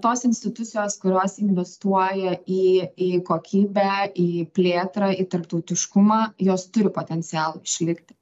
tos institucijos kurios investuoja į į kokybę į plėtrą į tarptautiškumą jos turi potencialo išlikti